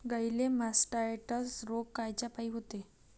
गाईले मासटायटय रोग कायच्यापाई होते?